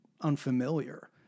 unfamiliar